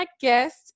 guest